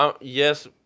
Yes